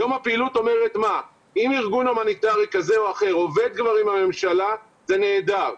אם ארגון הומניטרי כזה או אחר עובד כבר עם הממשלה זה נהדר.